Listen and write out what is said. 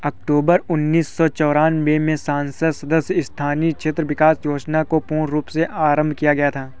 अक्टूबर उन्नीस सौ चौरानवे में संसद सदस्य स्थानीय क्षेत्र विकास योजना को पूर्ण रूप से आरम्भ किया गया था